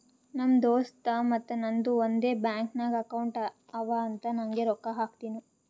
ನಮ್ ದೋಸ್ತ್ ಮತ್ತ ನಂದು ಒಂದೇ ಬ್ಯಾಂಕ್ ನಾಗ್ ಅಕೌಂಟ್ ಅವಾ ಅಂತ್ ನಂಗೆ ರೊಕ್ಕಾ ಹಾಕ್ತಿನೂ